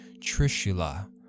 trishula